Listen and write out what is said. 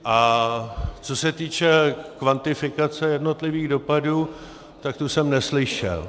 A co se týče kvantifikace jednotlivých dopadů, tak tu jsem neslyšel.